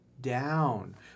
down